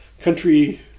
country